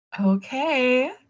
Okay